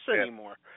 anymore